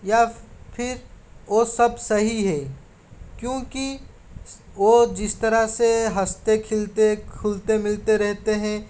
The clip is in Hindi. या फिर वो सब सही है क्योंकि वो जिस तरह से हँसते खेलते खुलते मिलते रहते हैं